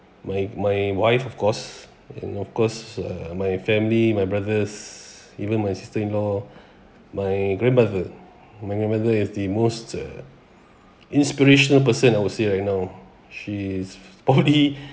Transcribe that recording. my my wife of course and of course uh my family my brothers even my sister in law my grandmother my grandmother is the most uh inspirational person I would say right now she is probably